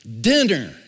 Dinner